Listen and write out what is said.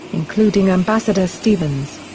including ambassador stevens.